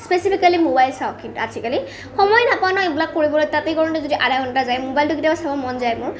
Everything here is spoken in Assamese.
স্পেচিয়েলি মোবাইল চাওঁ কিন্তু আজিকালি সময় নেপাওঁ ন এইবিলাক কৰিবলৈ তাতে গৈ যদি আধা ঘণ্টা যায় মোবাইলটো কেতিয়াবা চাবলৈ মন যায় মোৰ